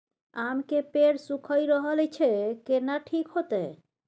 आम के पेड़ सुइख रहल एछ केना ठीक होतय?